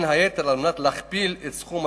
בין היתר על מנת להכפיל את סכום